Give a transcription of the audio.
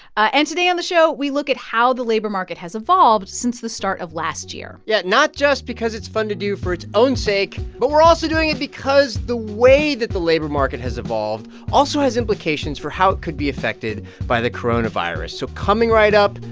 ah and today on the show, we look at how the labor market has evolved since the start of last year yeah. not just because it's fun to do for its own sake, but we're also doing it because the way that the labor market has evolved also has implications for how it could be affected by the coronavirus. so coming right up,